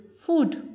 food